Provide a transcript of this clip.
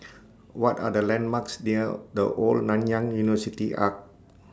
What Are The landmarks near The Old Nanyang University Arch